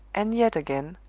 and yet again,